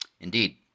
Indeed